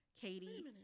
Katie